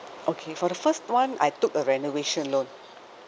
okay for the first one I took a renovation loan